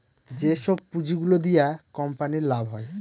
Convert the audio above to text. যেসব পুঁজি গুলো দিয়া কোম্পানির লাভ হয়